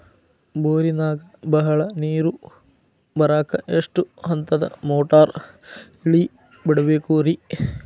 ಬೋರಿನಾಗ ಬಹಳ ನೇರು ಬರಾಕ ಎಷ್ಟು ಹಂತದ ಮೋಟಾರ್ ಇಳೆ ಬಿಡಬೇಕು ರಿ?